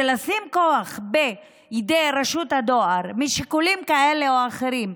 שלשים כוח בידי רשות הדואר משיקולים כאלה או אחרים,